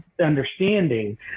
understanding